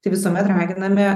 tai visuomet raginame